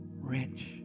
rich